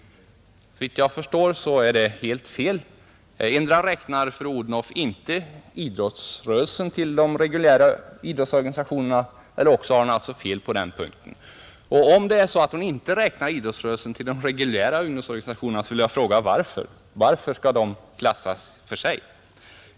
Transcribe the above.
Såvitt jag förstår är detta påstående helt felaktigt. Endera räknar fru Odhnoff inte idrottsrörelsen till de reguljära ungdomsorganisationerna eller också har hon fel på den punkten. Om hon inte räknar idrottsrörelsen till de reguljära ungdomsorganisationerna vill jag fråga: Varför skall idrottsrörelsen klassas för sig?